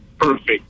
Perfect